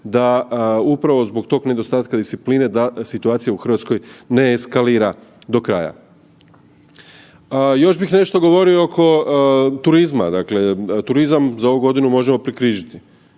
da upravo zbog tog nedostatka discipline, da situacija u Hrvatskoj ne eskalira do kraja. Još bih nešto govorio oko turizma, dakle turizam za ovu godinu možemo prekrižiti.